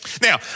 Now